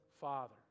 father